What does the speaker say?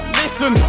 listen